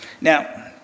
Now